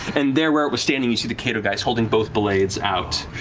and there where it was standing you see the caedogeist holding both blades out,